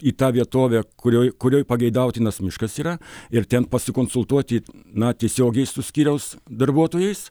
į tą vietovę kurioj kurioj pageidautinas miškas yra ir ten pasikonsultuoti na tiesiogiai su skyriaus darbuotojais